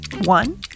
One